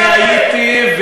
אני הייתי,